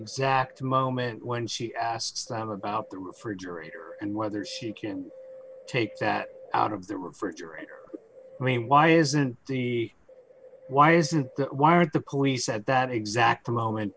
exact moment when she asked them about the refrigerator and whether she can take that out of the refrigerator may why isn't the why isn't that why aren't the police at that exact moment